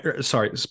Sorry